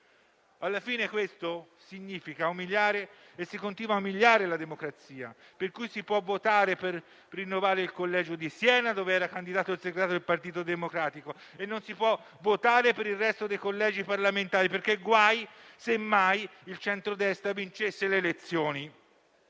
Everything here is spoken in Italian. Alla fine questo significa umiliare la democrazia, e lo si continua a fare. Si può votare per rinnovare il collegio di Siena, dove era candidato il segretario del Partito Democratico, ma non si può votare per il resto dei collegi parlamentari, perché guai se il centro-destra vincesse le elezioni.